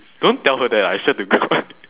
don't tell her that ah I swear to god